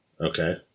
Okay